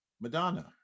Madonna